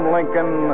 Lincoln